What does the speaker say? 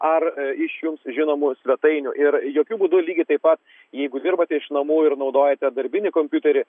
ar iš jums žinomų svetainių ir jokiu būdu lygiai taip pat jeigu dirbate iš namų ir naudojate darbinį kompiuterį